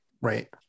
right